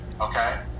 Okay